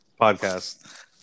Podcast